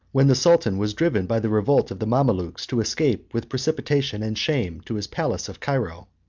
when the sultan was driven by the revolt of the mamalukes to escape with precipitation and shame to his palace of cairo.